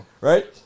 Right